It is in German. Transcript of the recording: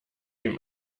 dem